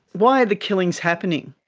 why are the killings happening?